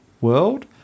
world